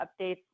updates